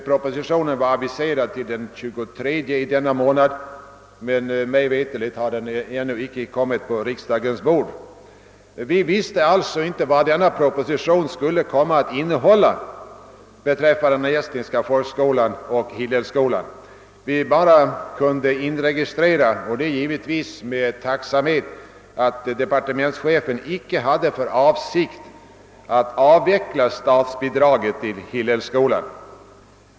Propositionen var aviserad till den 23 i denna månad, men mig veterligt har den ännu inte kommit på riksdagens bord. Vi visste inte i januari vad propositionen skulle innehålla beträffande de estniska folkskolorna och Hillelskolan. Vi kunde bara inregistrera — och det givetvis med tacksamhet — att departementschefen inte hade för avsikt att avveckla statsbidraget till Hillelskolan.